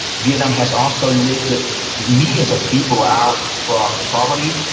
vietnam has also lifted millions of people out from poverty.